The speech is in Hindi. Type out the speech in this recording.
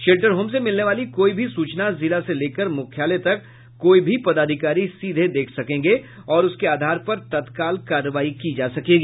शेल्टर होम से मिलने वाली कोई भी सूचना जिला से लेकर मुख्यालय तक कोई भी पदाधिकारी सीधे देख सकेंगे और उसके आधार पर तत्काल कार्रवाई की जा सकेगी